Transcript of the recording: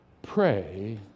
Pray